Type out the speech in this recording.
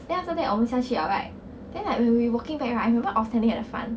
then after that 我们下去了 right then like when we walking back right I remember I was standing at the front